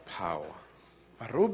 power